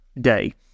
day